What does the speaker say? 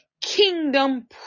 kingdom